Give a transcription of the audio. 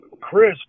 Chris